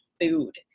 food